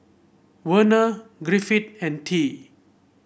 Werner Griffith and Tye